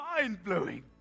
mind-blowing